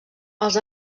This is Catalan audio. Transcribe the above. els